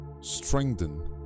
strengthen